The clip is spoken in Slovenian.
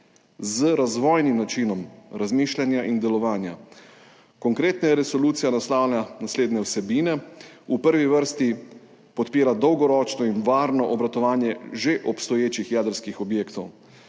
z razvojnim načinom razmišljanja in delovanja. Konkretneje resolucija naslavlja naslednje vsebine. V prvi vrsti podpira dolgoročno in varno obratovanje že obstoječih jedrskih objektov,